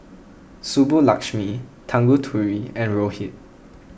Subbulakshmi Tanguturi and Rohit